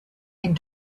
and